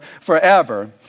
forever